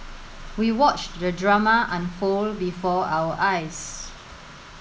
we watched the drama unfold before our eyes